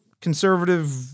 conservative